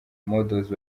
models